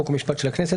חוק ומשפט של הכנסת,